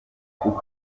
kuko